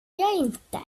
inte